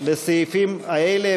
הסעיפים האלה.